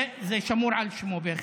זה שמור על שמו, בהחלט.